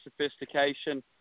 sophistication